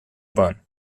bahn